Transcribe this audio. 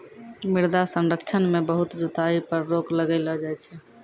मृदा संरक्षण मे बहुत जुताई पर रोक लगैलो जाय छै